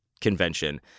convention